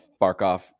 Barkov